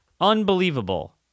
unbelievable